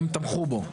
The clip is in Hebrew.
הם תמכו בו.